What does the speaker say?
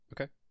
Okay